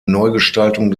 neugestaltung